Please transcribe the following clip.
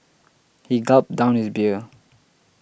he gulped down his beer